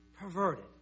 perverted